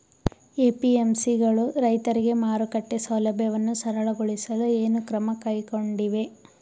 APMC ಗಳು ರೈತರಿಗೆ ಮಾರುಕಟ್ಟೆ ಸೌಲಭ್ಯವನ್ನು ಸರಳಗೊಳಿಸಲು ಏನು ಕ್ರಮ ಕೈಗೊಂಡಿವೆ?